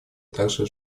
также